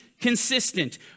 consistent